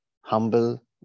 humble